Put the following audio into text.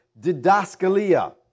didaskalia